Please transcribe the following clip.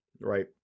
right